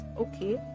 okay